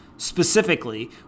Specifically